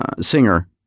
singer